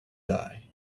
die